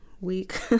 week